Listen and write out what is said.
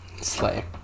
slay